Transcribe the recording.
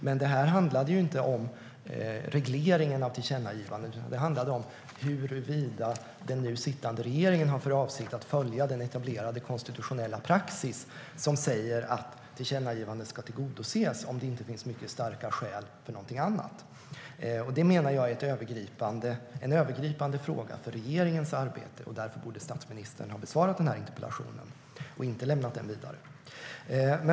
Men detta handlade inte om regleringen av tillkännagivanden utan om huruvida den nu sittande regeringen har för avsikt att följa den etablerade konstitutionella praxis som säger att tillkännagivandet ska tillgodoses, om det inte finns mycket starka skäl för något annat. Jag menar att det är en övergripande fråga för regeringens arbete, och därför borde statsministern ha besvarat interpellationen och inte lämnat den vidare.